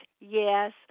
yes